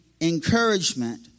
encouragement